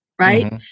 right